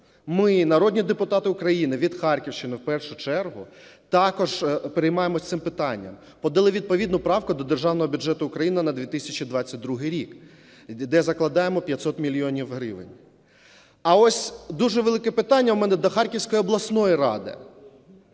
Ми, народні депутати України від Харківщини в першу чергу, також переймаємося цим питанням, подали відповідну правку до Державного бюджету України на 2022 рік, де закладаємо 500 мільйонів гривень. А ось дуже велике питання у мене до Харківської обласної ради.